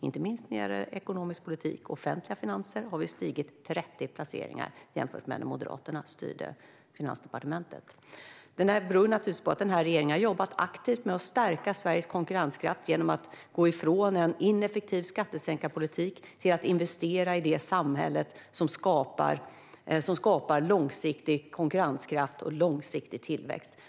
Inte minst när det gäller ekonomisk politik och offentliga finanser har vi stigit 30 placeringar jämfört med när Moderaterna styrde Finansdepartementet. Detta beror naturligtvis på att denna regering har jobbat aktivt med att stärka Sveriges konkurrenskraft genom att gå från en ineffektiv skattesänkarpolitik till att investera i det samhälle som skapar långsiktig konkurrenskraft och långsiktig tillväxt.